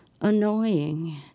annoying